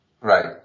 Right